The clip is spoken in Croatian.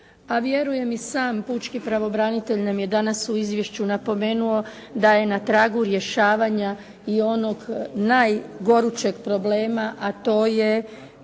a vjerujem i sam pučki pravobranitelj nam je danas u izvješću napomenuo da je na tragu rješavanja i onog najgorućeg problema a to je